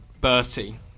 Bertie